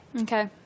Okay